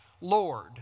Lord